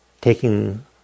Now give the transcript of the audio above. taking